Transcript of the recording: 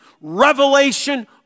revelation